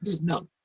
no